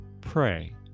pray